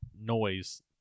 noise